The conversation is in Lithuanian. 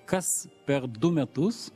kas per du metus